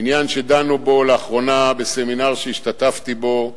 עניין שדנו בו לאחרונה בסמינר שהשתתפתי בו,